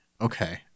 Okay